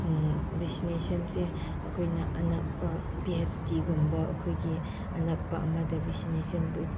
ꯚꯦꯛꯁꯤꯅꯦꯁꯟꯁꯦ ꯑꯩꯈꯣꯏꯅ ꯑꯅꯛꯄ ꯄꯤ ꯍꯩꯆ ꯗꯤꯒꯨꯝꯕ ꯑꯩꯈꯣꯏꯒꯤ ꯑꯅꯛꯄ ꯑꯃꯗ ꯚꯦꯁꯤꯅꯦꯁꯟ